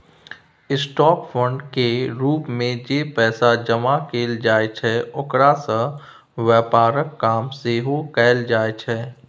stock fund केर रूप मे जे पैसा जमा कएल जाइ छै ओकरा सँ व्यापारक काम सेहो कएल जाइ छै